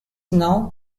now